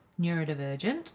neurodivergent